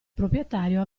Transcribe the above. proprietario